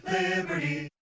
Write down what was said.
Liberty